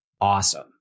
awesome